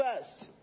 first